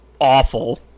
awful